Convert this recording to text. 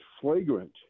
flagrant